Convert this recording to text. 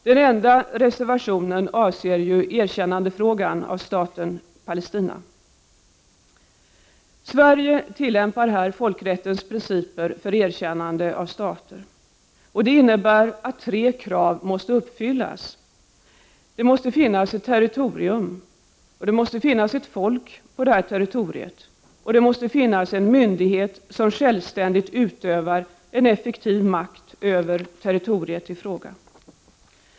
Den enda reservationen avser ju frågan om erkännande av staten Palestina. Sverige tillämpar folkrättens principer för erkännande av stater. Det innebär att tre krav måste uppfyllas: Det måste finnas ett territorium. Det måste finnas en befolkning på detta territorium. Det måste finnas en myndighet som självständigt utövar effektiv makt över territoriet i fråga.